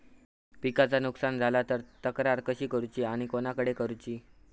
पिकाचा नुकसान झाला तर तक्रार कशी करूची आणि कोणाकडे करुची?